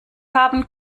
haben